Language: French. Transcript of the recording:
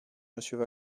monsieur